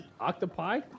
Octopi